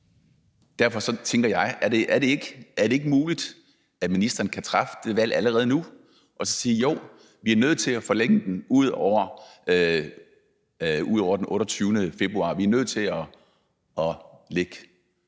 Derfor tænker jeg, om det ikke er muligt, at ministeren kan træffe det valg allerede nu og så sige, at jo, vi er nødt til at forlænge den ud over den 28. februar; vi er nødt til at lægge